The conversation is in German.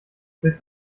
willst